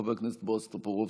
חבר הכנסת בועז טופורובסקי.